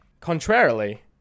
Contrarily